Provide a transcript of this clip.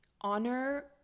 honor